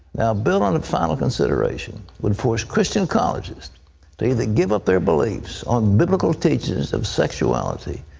a bill on a final consideration would force christian colleges to either give up their beliefs on biblical teachings of sexuality,